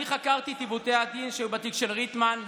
אני חקרתי את עיוותי הדין שהיו בתיק של ריטמן,